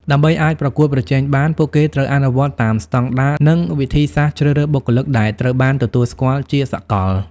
ដើម្បីអាចប្រកួតប្រជែងបាន ពួកគេត្រូវអនុវត្តតាមស្តង់ដារ និងវិធីសាស្រ្តជ្រើសរើសបុគ្គលិកដែលត្រូវបានទទួលស្គាល់ជាសាកល។